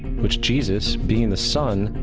which jesus, being the sun,